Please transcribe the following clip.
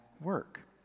work